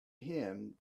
him